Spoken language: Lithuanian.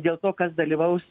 dėl to kas dalyvaus